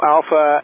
Alpha